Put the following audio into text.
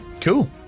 cool